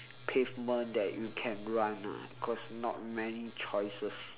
pavement that you can run ah cause not many choices